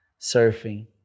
surfing